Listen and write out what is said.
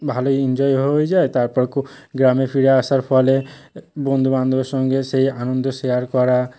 ভালো ইনজয়ও হয়ে যায় তারপর খুব গ্রামে ফিরে আসার ফলে বন্ধু বান্ধবের সঙ্গে সেই আনন্দ শেয়ার করা